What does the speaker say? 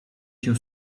się